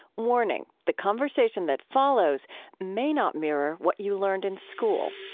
warning the conversation that follows may not mirror what you learned in school